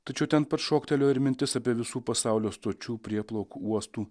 tačiau ten pat šoktelėjo ir mintis apie visų pasaulio stočių prieplaukų uostų